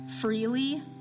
freely